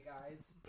guys